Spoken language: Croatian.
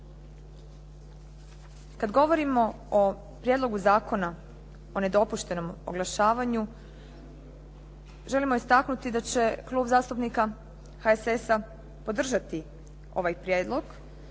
Kad govorimo o Prijedlogu zakona o nedopuštenom oglašavanju, želimo istaknuti da će Klub zastupnika HSS-a podržati ovaj prijedlog